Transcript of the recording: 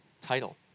title